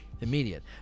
immediate